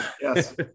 Yes